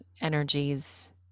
energies